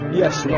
yes